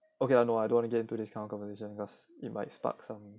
okay lah no I don't want to get into this kind of conversation cause it might spark some